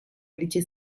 iritsi